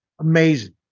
amazing